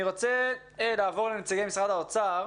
אני רוצה לעבור לנציגי משרד האוצר.